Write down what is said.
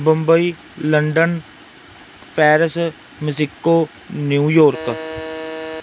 Bombay London Paris Mexico New York